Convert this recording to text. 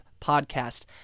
podcast